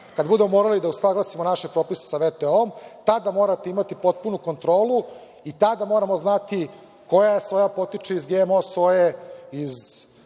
kada budemo morali da usaglasimo naše propise sa VTO, tada morate imati potpunu kontrolu i tada moramo znate koja soja potiče iz GMO soje,